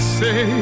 say